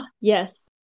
Yes